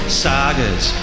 sagas